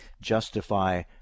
justify